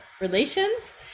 relations